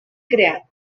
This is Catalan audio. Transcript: creat